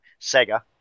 sega